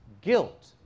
guilt